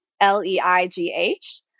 L-E-I-G-H